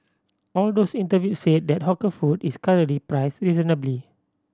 all of those interviewed said that hawker food is currently priced reasonably